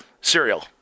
cereal